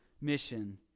mission